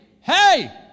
hey